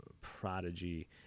prodigy